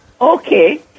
Okay